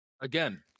Again